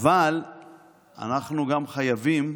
גם בפעם השלישית.